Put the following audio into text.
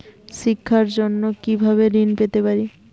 শিক্ষার জন্য কি ভাবে ঋণ পেতে পারি?